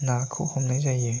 नाखौ हमनाय जायो